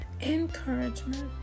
encouragement